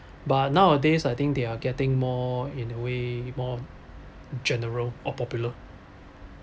but nowadays I think they are getting more in a way more general or popular